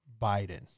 Biden